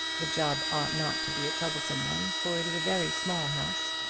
the job ought not to be a troublesome one, for it is a very small house.